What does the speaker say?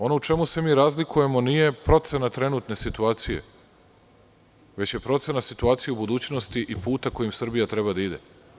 Ono u čemu se mi razlikujemo nije procena trenutne situacije, već je procena situacije u budućnosti i puta kojim Srbija treba da ide.